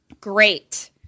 Great